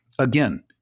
Again